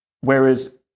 whereas